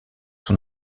son